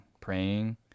praying